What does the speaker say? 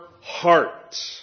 heart